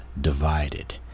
divided